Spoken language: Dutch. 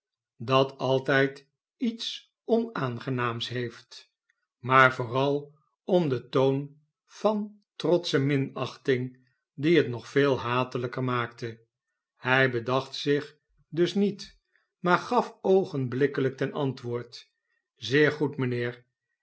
dat altijd iets onaangenaams heeft maar vooral om den toon van trotsche minachting die het nog veel hatelijker maakte hij bedacht zich dus niet maar gaf oogenblikkelijk ten antwoord zeer goed mijnheer